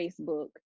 Facebook